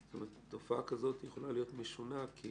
תופעה כזאת יכולה להיות משונה כי